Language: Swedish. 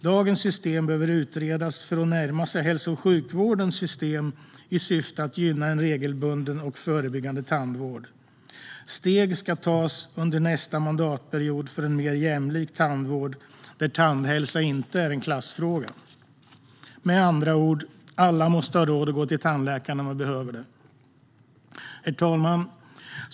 Dagens system behöver utredas för att närma sig hälso och sjukvårdens system i syfte att gynna en regelbunden och förebyggande tandvård. Steg ska tas under nästa mandatperiod för en mer jämlik tandvård där tandhälsa inte är en klassfråga." Med andra ord: Alla måste ha råd att gå till tandläkaren när man behöver det. Herr talman!